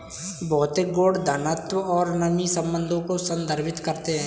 भौतिक गुण घनत्व और नमी संबंधों को संदर्भित करते हैं